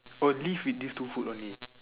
oh this with these two food only